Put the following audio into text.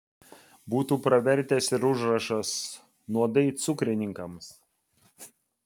būtų pravertęs ir užrašas nuodai cukrininkams